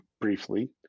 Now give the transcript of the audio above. briefly